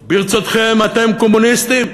ברצותכם, אתם קומוניסטים,